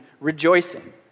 rejoicing